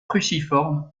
cruciforme